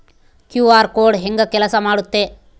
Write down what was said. QR code ಹೆಂಗ ಕೆಲಸ ಮಾಡುತ್ತೆ?